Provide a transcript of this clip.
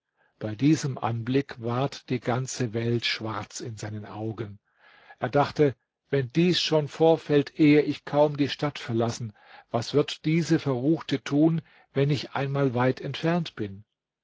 bei diesem anblick ward die ganze welt schwarz in seinen augen er dachte wenn dies schon vorfällt ehe ich kaum die stadt verlassen was wird diese verruchte tun wenn ich einmal weit entfernt bin